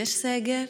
יש סגר,